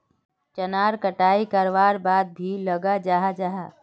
चनार कटाई करवार बाद की लगा जाहा जाहा?